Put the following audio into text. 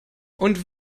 und